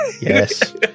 yes